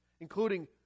including